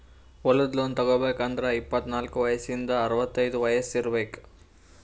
ಹೊಲದ್ ಲೋನ್ ತಗೋಬೇಕ್ ಅಂದ್ರ ಇಪ್ಪತ್ನಾಲ್ಕ್ ವಯಸ್ಸಿಂದ್ ಅರವತೈದ್ ವಯಸ್ಸ್ ಇರ್ಬೆಕ್